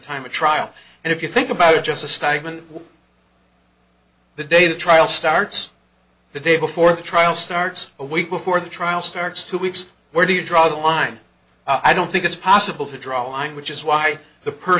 time of trial and if you think about it just a statement the day the trial starts the day before the trial starts a week before the trial starts two weeks where do you draw the line i don't think it's possible to draw a line which is why the per